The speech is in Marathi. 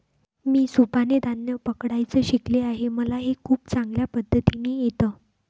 मी सुपाने धान्य पकडायचं शिकले आहे मला हे खूप चांगल्या पद्धतीने येत